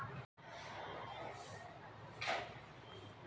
Funds బదిలీ అంటే ఏమిటి?